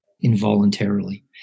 involuntarily